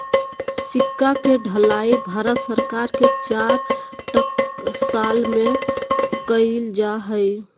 सिक्का के ढलाई भारत सरकार के चार टकसाल में कइल जा हइ